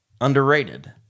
underrated